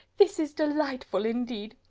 this is delightful indeed!